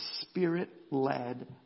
Spirit-led